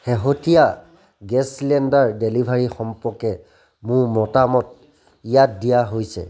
শেহতীয়া gas cylinder delivery সম্পৰ্কে মোৰ মতামত ইয়াত দিয়া হৈছে